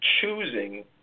choosing